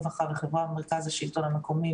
רווחה וחברה במרכז השלטון המקומי,